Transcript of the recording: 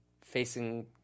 facing